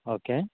okay